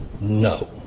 no